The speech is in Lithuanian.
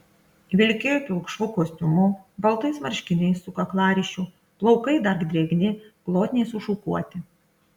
vilkėjo pilkšvu kostiumu baltais marškiniais su kaklaryšiu plaukai dar drėgni glotniai sušukuoti